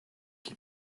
qui